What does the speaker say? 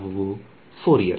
ವಿದ್ಯಾರ್ಥಿ ಫೋರಿಯರ್